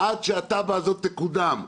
עד שהתב"ע הזאת תקודם,